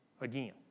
again